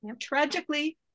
tragically